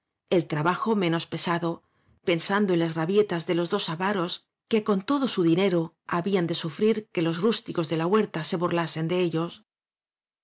el trabajo menos pesado pensando en las rabietas de los dos avaros que con todo su dinero habían de sufrir que los rústicos de la huerta se burlasen de ellos